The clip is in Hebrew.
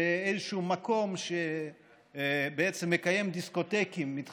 איזשהו מקום בעצם מקיים דיסקוטקים, ומתחזה,